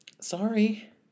Sorry